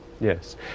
Yes